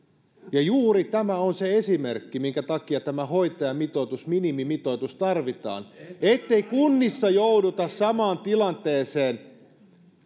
ja juuri tämä on se esimerkki minkä takia tämä hoitajamitoitus minimimitoitus tarvitaan ettei kunnissa jouduta samaan tilanteeseen